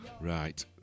Right